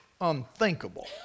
unthinkable